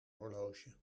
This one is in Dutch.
horloge